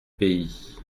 pays